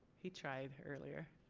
he tried earlier.